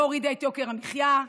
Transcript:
היא לא הורידה את יוקר המחיה,